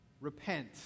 Repent